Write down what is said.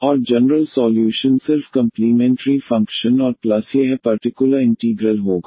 और general solution सिर्फ complementary function और प्लस यह पर्टिकुलर इंटीग्रल होगा